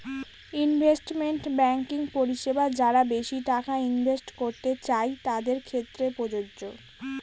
investment banking পরিষেবা যারা বেশি টাকা ইনভেস্ট করতে চাই তাদের ক্ষেত্রে প্রযোজ্য